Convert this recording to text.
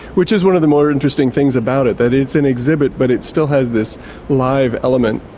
which is one of the more interesting things about it, that it's an exhibit but it still has this live element.